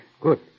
Good